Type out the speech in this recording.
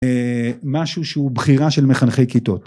משהו שהוא בחירה של מחנכי כיתות.